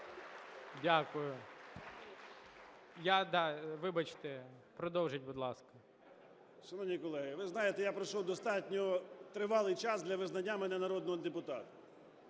Дякую. Вибачте, продовжіть, будь ласка. РУДИК С.Я. Шановні колеги, ви знаєте, я пройшов достатньо тривалий час для визнання мене народним депутатом.